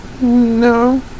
No